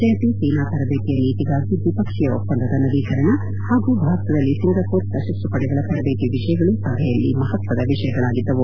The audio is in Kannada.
ಜಂಟಿ ಸೇನಾ ತರಬೇತಿಯ ನೀತಿಗಾಗಿ ದ್ವಿಪಕ್ಷೀಯ ಒಪ್ಪಂದದ ನವೀಕರಣ ಹಾಗೂ ಭಾರತದಲ್ಲಿ ಸಿಂಗಾಪುರ್ ಸಶಸ್ತಪಡೆಗಳ ತರಬೇತಿ ವಿಷಯಗಳು ಸಭೆಯಲ್ಲಿ ಮಹತ್ವದ ವಿಷಯಗಳಾಗಿದ್ದವು